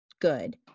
good